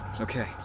Okay